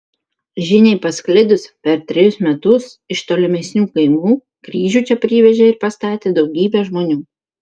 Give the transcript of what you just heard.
žiniai pasklidus per trejus metus iš tolimesnių kaimų kryžių čia privežė ir pastatė daugybė žmonių